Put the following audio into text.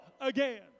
again